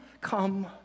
come